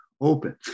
open